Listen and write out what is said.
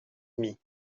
demi